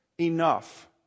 enough